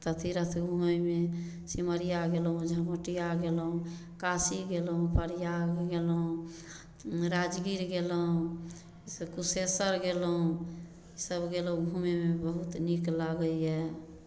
तऽ तीरथ घुमैमे सिमरिया गेलहुँ झमटिया गेलहुँ काशी गेलहुँ प्रयाग गेलहुँ राजगीर गेलहुँ से कुशेश्वर गेलहुँ ईसब गेलहुँ घुमैमे तऽ बहुत नीक लागैए